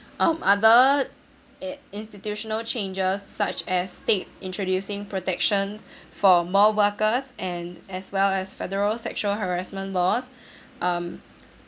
um other in~ institutional changes such as states introducing protections for more workers and as well as federal sexual harassment laws um